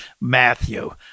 Matthew